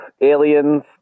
aliens